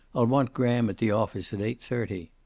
i'll want graham at the office at eight thirty.